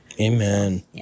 Amen